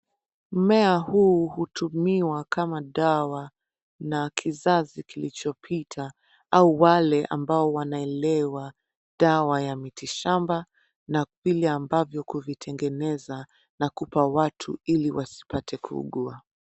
Mmea huu hutumiwa kama dawa na kizazi kilichopita au wale ambao wanaelewa dawa ya miti shamba na vile ambayo kuvitengeneza na kupa watu ili wasipate kuugua.